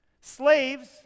Slaves